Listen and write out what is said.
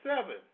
seven